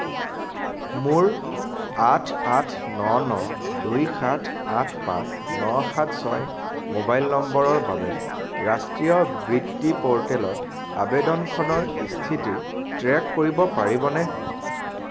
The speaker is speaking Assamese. মোৰ আঠ আঠ ন ন দুই সাত আঠ পাঁচ ন সাত ছয় মোবাইল নম্বৰৰ বাবে ৰাষ্ট্ৰীয় বৃত্তি প'ৰ্টেলত আবেদনখনৰ স্থিতি ট্ৰেক কৰিব পাৰিবনে